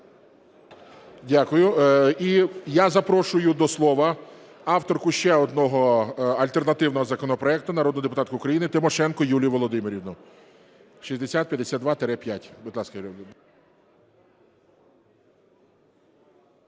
Дякую. І я запрошую до слова авторку ще одного альтернативного законопроекту народну депутатку України Тимошенко Юлію Володимирівну, 6052-5. Будь ласка, Юлія Володимирівна.